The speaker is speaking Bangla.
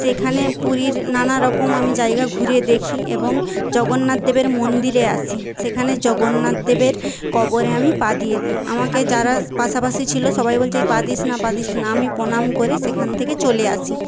সেখানে পুরীর নানারকম আমি জায়গা ঘুরে দেখি এবং জগন্নাথ দেবের মন্দিরে আসি সেখানে জগন্নাথ দেবের কবরে আমি পা দিয়ে দি আমাকে যারা পাশাপাশি ছিল সবাই বলছে এই পা দিস না পা দিস না আমি প্রণাম করে সেখান থেকে চলে আসি